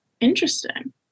Interesting